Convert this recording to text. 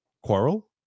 Quarrel